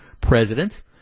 president